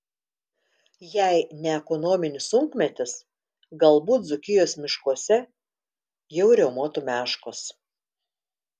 jei ne ekonominis sunkmetis galbūt dzūkijos miškuose jau riaumotų meškos